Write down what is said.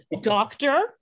doctor